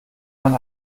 man